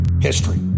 history